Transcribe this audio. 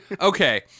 Okay